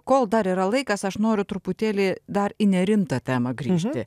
kol dar yra laikas aš noriu truputėlį dar į nerimtą temą grįžti